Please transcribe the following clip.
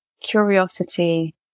curiosity